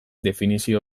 definizio